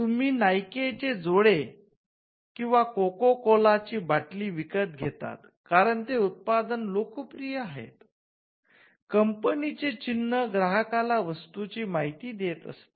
तुम्ही नाइके चे जोड किंवा कोका कोला ची बाटली विकत घेतात कारण ते उत्पादन लोकप्रिय आहेत कंपनीचे चिन्ह ग्राहकाला वस्तूची माहिती देत असते